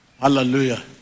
Hallelujah